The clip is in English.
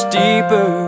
deeper